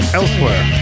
elsewhere